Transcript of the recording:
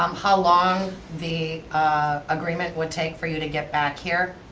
um how long the agreement would take for you to get back here?